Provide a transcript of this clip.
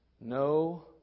No